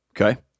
Okay